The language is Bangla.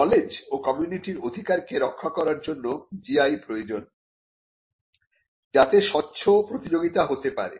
নলেজ ও কমিউনিটির অধিকারকে রক্ষা করার জন্য GI প্রয়োজন যাতে স্বচ্ছ প্রতিযোগিতা হতে পারে